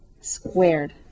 squared